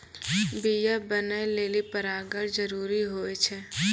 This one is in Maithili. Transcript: बीया बनै लेलि परागण जरूरी होय छै